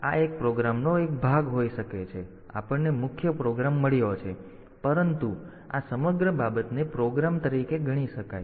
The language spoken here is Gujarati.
તેથી આ પ્રોગ્રામનો એક ભાગ હોઈ શકે તે પછી આપણને મુખ્ય પ્રોગ્રામ મળ્યો છે પરંતુ આ સમગ્ર બાબતને પ્રોગ્રામ તરીકે ગણી શકાય